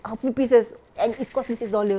a few pieces and it cost me six dollar